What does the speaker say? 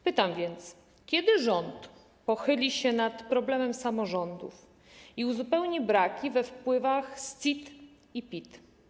Pytam więc, kiedy rząd pochyli się nad problemem samorządów i uzupełni braki we wpływach z CIT i PIT.